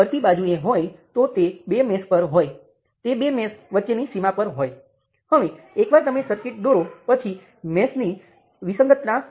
આ એટલા માટે છે કારણ કે નિયંત્રિત વોલ્ટેજ રેઝિસ્ટર પર છે તેથી તે રેઝિસ્ટરમાંથી કરંટનાં સંપ્રમાણમાં છે